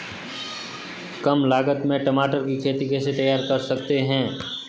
कम लागत में टमाटर की खेती कैसे तैयार कर सकते हैं?